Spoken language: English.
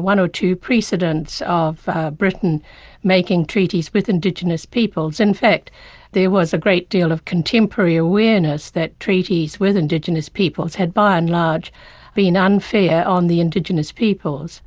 one or two precedents of britain making treaties with indigenous peoples. in fact there was a great deal of contemporary awareness that treaties with indigenous peoples had by and large been unfair on the indigenous peoples.